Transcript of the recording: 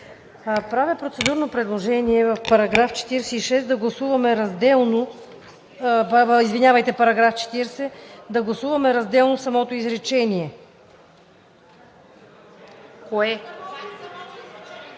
Правя процедурно предложение в § 40 да гласуваме разделно самото изречение.